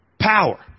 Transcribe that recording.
power